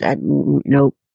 Nope